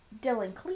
dylan